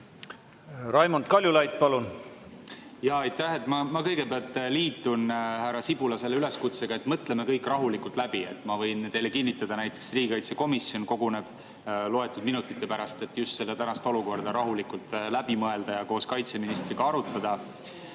Raimond Kaljulaid, palun!